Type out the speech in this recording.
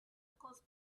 cost